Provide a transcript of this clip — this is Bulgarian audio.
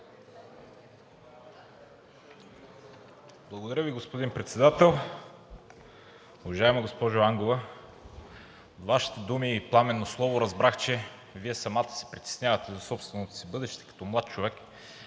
Благодаря Ви, господин Председател. Уважаема госпожо Ангова, от Вашите думи и пламенно слово разбрах, че Вие самата се притеснявате за собственото си бъдеще като млад човек